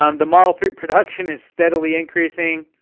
um the model three production is steadily increasing.